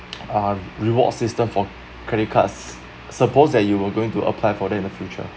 ah reward system for credit cards suppose that you were going to apply for them in the future